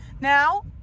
Now